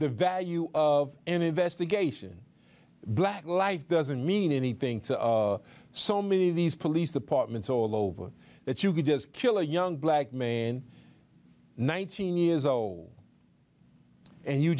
the value of an investigation black life doesn't mean anything to so many of these police departments all over that you could just kill a young black main nineteen years old and you